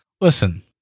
listen